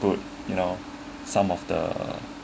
put you know some of the